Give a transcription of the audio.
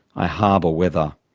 i harbour weather,